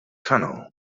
tunnel